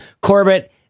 Corbett